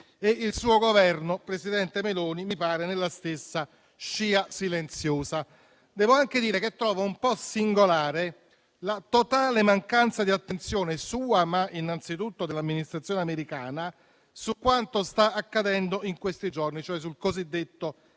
e il suo Governo, presidente Meloni, mi pare si muova nella stessa scia silenziosa. Devo anche dire che trovo un po' singolare la totale mancanza di attenzione sua - ma innanzitutto dell'amministrazione americana - su quanto sta accadendo in questi giorni, cioè, sul cosiddetto